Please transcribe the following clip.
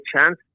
chance